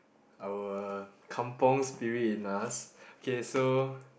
our kampung-spirit in us okay so